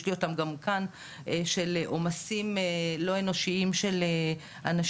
יש לי אותם גם כאן של עומסים לא אנושיים של אנשים,